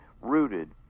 rooted